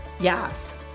Yes